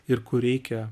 ir kur reikia